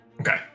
okay